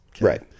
Right